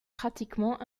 pratiquement